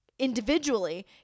individually